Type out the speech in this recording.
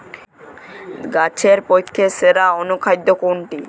গাছের পক্ষে সেরা অনুখাদ্য কোনটি?